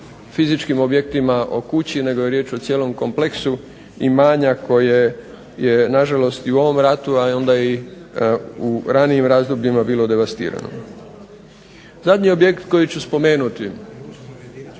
fizičkim objektima, o kući, nego je riječ o cijelom kompleksu imanja koje je nažalost i u ovom ratu, a onda i u ranijim razdobljima bilo devastirano. Zadnji objekt koji ću spomenuti,